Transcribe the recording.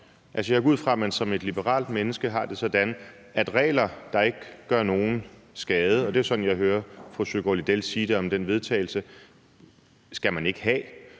Jeg går ud fra, at man som et liberalt menneske har det sådan, at regler, der ikke gør nogen skade – og det er sådan, jeg hører fru Linea Søgaard-Lidell sige det om den vedtagelse – skal man ikke have.